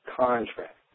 contract